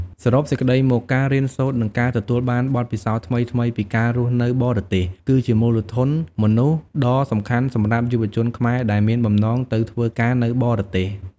សរុបសេចក្ដីមក ការរៀនសូត្រ និងការទទួលបានបទពិសោធន៍ថ្មីៗពីការរស់នៅបរទេស គឺជាមូលធនមនុស្សដ៏សំខាន់សម្រាប់យុវជនខ្មែរដែលមានបំណងទៅធ្វើការនៅបរទេស។